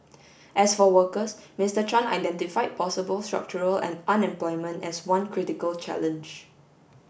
as for workers Mister Chan identify possible structural unemployment as one critical challenge